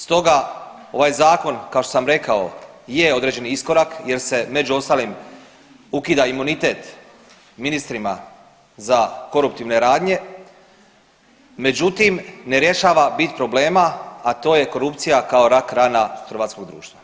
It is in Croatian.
Stoga ovaj Zakon, kao što sam rekao, je određeni iskorak jer se među ostalim ukida imunitet ministrima za koruptivne radnje, međutim, ne rješava bit problema, a to je korupcija kao rak rana hrvatskog društva.